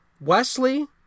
Wesley